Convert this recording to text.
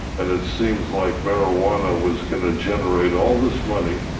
and it seems like marijuana was gonna generate all this money.